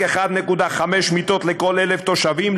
רק 1.5 מיטות לכל 1,000 תושבים,